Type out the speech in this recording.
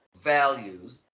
values